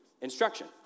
instruction